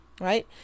right